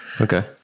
Okay